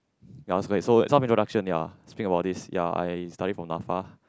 ya so wait so some introduction ya speaking about this ya I study from NAFA